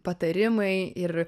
patarimai ir